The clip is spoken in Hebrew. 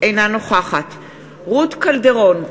אינה נוכחת רות קלדרון,